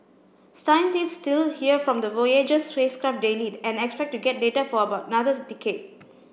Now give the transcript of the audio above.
scientists still hear from the voyager spacecraft daily and expect to get data for about another decade